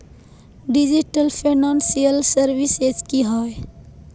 Digital financial services की होय?